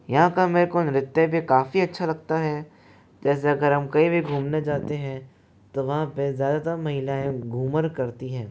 यहाँ का मेरे को नृत्य भी काफी अच्छा लगता है जैसे अगर हम कहीं भी घूमने जाते हैं तो वहाँ पर ज़्यादातर महिलाएं घूमर करती हैं